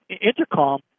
intercom